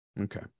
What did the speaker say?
Okay